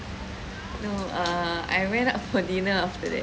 no err I went out for dinner after that